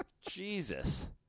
Jesus